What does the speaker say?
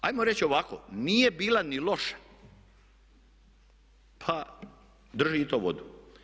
Hajmo reći ovako, nije bila ni loša, pa drži i to vodu.